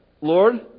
Lord